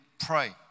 pray